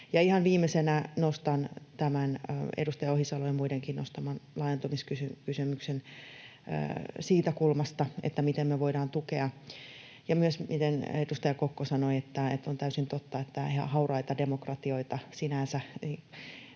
Ihan viimeisenä nostan tämän edustaja Ohisalon ja muidenkin nostaman laajentumiskysymyksen siitä kulmasta, miten me voidaan tukea, myös miten edustaja Kokko sanoi, että on täysin totta, että hauraat demokratiat sinänsä